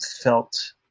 felt